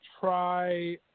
try